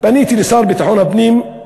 פניתי לשר לביטחון הפנים,